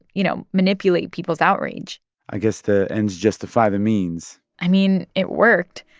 you know, manipulate people's outrage i guess the ends justify the means i mean, it worked.